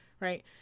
Right